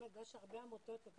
--- הרבה עמותות,